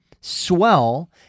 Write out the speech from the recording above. swell